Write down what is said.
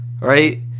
right